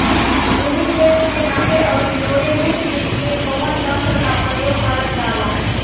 भूमि क्षेत्र के नापे आउर जोड़ने के लिए कवन तंत्र का प्रयोग करल जा ला?